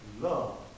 love